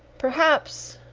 perhaps,